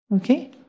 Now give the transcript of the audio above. Okay